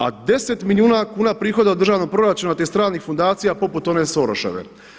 A 10 milijuna kuna prihoda od državnog proračuna tih stranih fondacija poput one Soroševe.